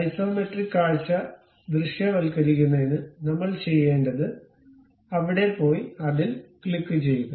isometric കാഴ്ച ദൃശ്യവൽക്കരിക്കുന്നതിന് നമ്മൾ ചെയ്യേണ്ടത് അവിടെ പോയി അതിൽ ക്ലിക്കുചെയ്യുക